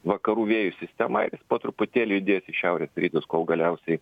vakarų vėjų sistema ir jis po truputėlį judės į šiaurės rytus kol galiausiai